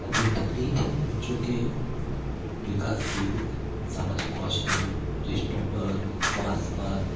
जो तकनीक है वो बच्चों के विकासशील सामाजिक कौशल रिश्तों पर स्वास्थ्य पर